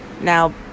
Now